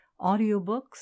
audiobooks